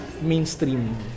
mainstream